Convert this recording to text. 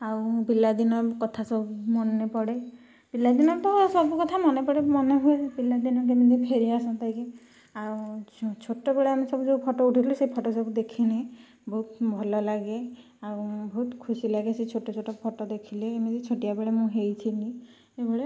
ଆଉ ପିଲାଦିନ କଥା ସବୁ ମନେପଡ଼େ ପିଲାଦିନ ତ ସବୁ କଥା ମନେପଡ଼େ ମନେ ହୁଏ ପିଲାଦିନ କେମିତି ଫେରିଆସନ୍ତା କି ଆଉ ଛୋଟବେଳ ଆମେ ସବୁ ଯେଉଁ ଫଟୋ ଉଠଉଥିଲୁ ସେ ଫଟୋ ସବୁ ଦେଖିଲେ ବହୁତ ଭଲ ଲାଗେ ଆଉ ବହୁତ ଖୁସି ଲାଗେ ସେଇ ଛୋଟ ଛୋଟ ଫଟୋ ଦେଖିଲେ ଏମିତି ଛୋଟିଆ ବେଳେ ମୁଁ ହେଇଥିଲି ଏଇ ଭଳିଆ